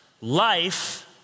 life